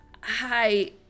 Hi